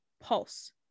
pulse